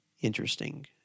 interesting